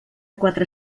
quatre